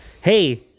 hey